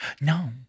No